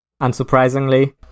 unsurprisingly